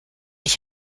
ich